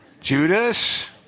Judas